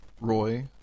Roy